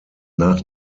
nach